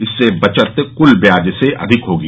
इससे बचत क्ल ब्याज से अधिक होगी